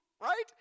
Right